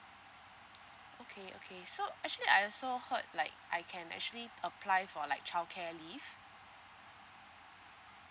okay okay so actually I also heard like I can actually apply for like childcare leave